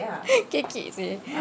kekek seh